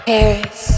Paris